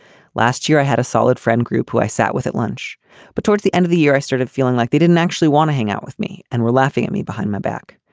last year i had a solid friend group who i sat with at lunch but towards the end of the year i started feeling like they didn't actually want to hang out with me and were laughing at me behind my back.